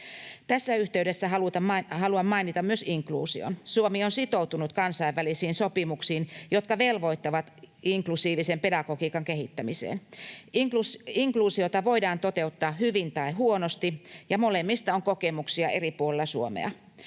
Tässä yhteydessä haluan mainita myös inkluusion. Suomi on sitoutunut kansainvälisiin sopimuksiin, jotka velvoittavat inklusiivisen pedagogiikan kehittämiseen. Inkluusiota voidaan toteuttaa hyvin tai huonosti, ja molemmista on kokemuksia eri puolilla Suomea.